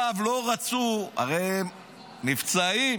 הרי מבצעית,